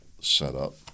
setup